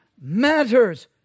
matters